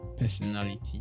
personality